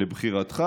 לבחירתך.